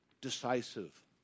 decisive